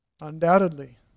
undoubtedly